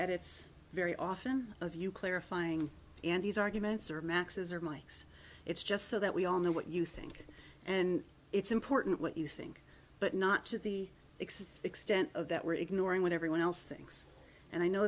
edits very often of you clarifying and these arguments are max's or mike's it's just so that we all know what you think and it's important what you think but not to the x s extent of that we're ignoring what everyone else thinks and i know